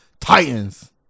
Titans